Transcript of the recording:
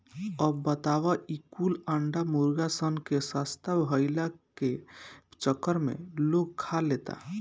अब बताव ई कुल अंडा मुर्गा सन के सस्ता भईला के चक्कर में लोग खा लेता